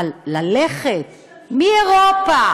אבל ללכת מאירופה,